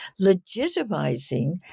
legitimizing